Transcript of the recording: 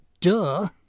Duh